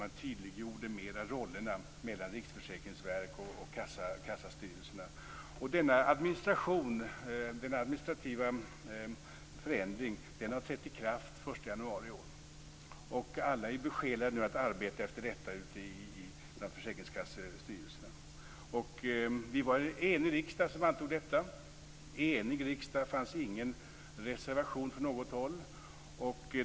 Man tydliggjorde mer rollerna mellan riksförsäkringsverk och kassastyrelser. Denna administrativa förändring har trätt i kraft den 1 januari i år. Alla är besjälade att arbeta efter detta i försäkringskassestyrelserna. Vi var en enig riksdag som antog detta. Det var en enig riksdag, det fanns ingen reservation från något håll.